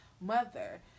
mother